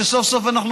שהיו שותפים